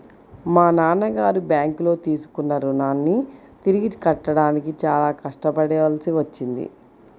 మా నాన్నగారు బ్యేంకులో తీసుకున్న రుణాన్ని తిరిగి కట్టడానికి చాలా కష్టపడాల్సి వచ్చింది